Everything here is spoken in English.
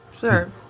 Sure